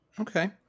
Okay